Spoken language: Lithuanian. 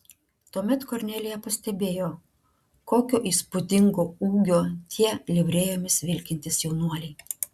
tuomet kornelija pastebėjo kokio įspūdingo ūgio tie livrėjomis vilkintys jaunuoliai